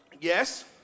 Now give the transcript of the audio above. yes